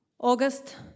August